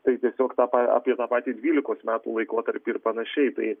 tai tiesiog tą apie tą patį dvylikos metų laikotarpį ir panašiai tai